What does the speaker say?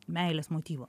meilės motyvo